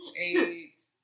eight